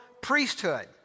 priesthood